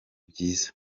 byiza